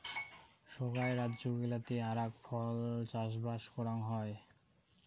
সোগায় রাজ্য গিলাতে আরাক ফল চাষবাস করাং হই